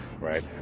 right